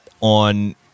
on